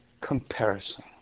comparison